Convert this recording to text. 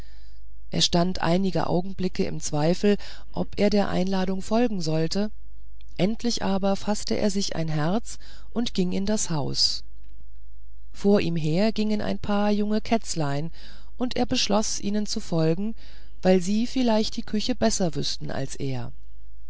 er stand einige augenblicke in zweifel ob er der einladung folgen solle endlich aber faßte er sich ein herz und ging in das haus vor ihm her gingen ein paar junge kätzlein und er beschloß ihnen zu folgen weil sie vielleicht die küche besser wüßten als er